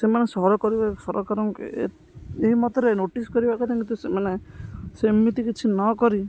ସେମାନେ ସହର କରିବେ ସରକାରଙ୍କ ଏହି ମତରେ ନୋଟିସ୍ କରିବା କଥା କିନ୍ତୁ ସେମାନେ ସେ ଏମିତି କିଛି ନ କରି